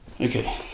Okay